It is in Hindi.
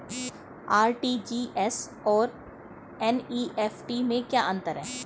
आर.टी.जी.एस और एन.ई.एफ.टी में क्या अंतर है?